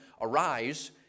Arise